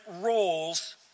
roles